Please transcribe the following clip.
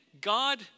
God